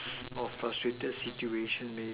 orh frustrated situation may